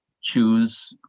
choose